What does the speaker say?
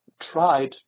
tried